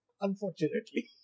unfortunately